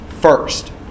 first